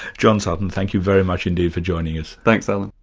john sutton, thank you very much indeed for joining us. thanks, alan.